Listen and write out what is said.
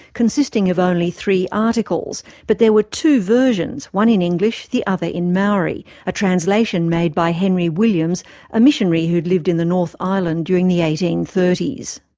consisting of only three articles, but there were two versions, one in english, the other in maori, a translation made by henry williams, a missionary who'd lived in the north island during the eighteen thirty s.